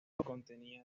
contenía